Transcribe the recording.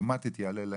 אוטומטית יעלה להם,